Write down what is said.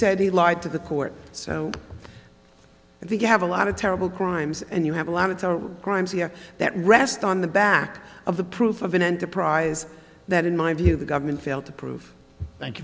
said he lied to the court so i think you have a lot of terrible crimes and you have a lot of crimes here that rest on the back of the proof of an enterprise that in my view the government failed to prove thank you